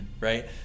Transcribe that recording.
right